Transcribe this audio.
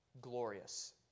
glorious